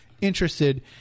interested